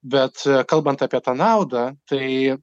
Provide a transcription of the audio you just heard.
bet kalbant apie tą naudą tai